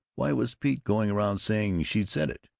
why was pete going around saying she'd said it?